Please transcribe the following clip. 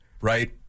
right